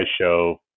show